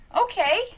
Okay